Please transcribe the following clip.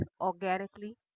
organically